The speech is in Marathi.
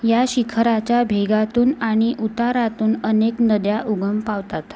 या शिखराच्या भेगातून आणि उतारातून अनेक नद्या उगम पावतात